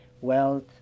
wealth